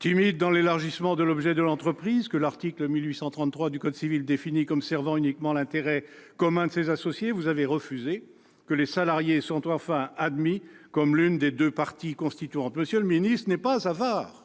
congrue. L'élargissement de l'objet de l'entreprise, que l'article 1833 du code civil définit comme servant uniquement l'intérêt commun de ses salariés, est timide : vous avez refusé que les salariés soient, enfin, admis comme l'une des deux parties constituantes. M. le ministre n'est pas avare